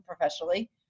professionally